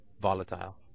volatile